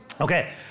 Okay